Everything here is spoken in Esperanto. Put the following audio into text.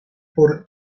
por